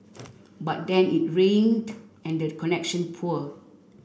but then it rained and the connection poor